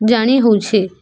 ଜାଣି ହେଉଛି